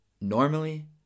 normally